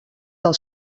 del